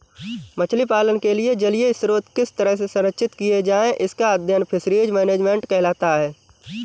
मछली पालन के लिए जलीय स्रोत किस तरह से संरक्षित किए जाएं इसका अध्ययन फिशरीज मैनेजमेंट कहलाता है